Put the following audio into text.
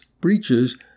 breaches